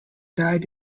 died